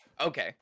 okay